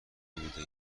بوده